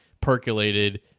percolated